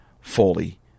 fully